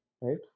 right